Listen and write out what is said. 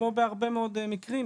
כמו בהרבה מאוד מקרים,